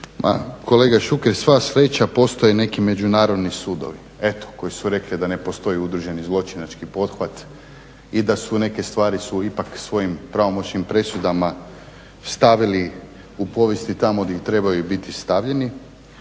Kolega Šuker sva sreća postoje neki međunarodni sudovi eto koji su rekli da ne postoji udruženi zločinački pothvat i da su neke stvari su ipak svojim pravomoćnim presudama stavili u povijesti tamo gdje trebaju biti stavljeni.